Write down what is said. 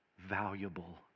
valuable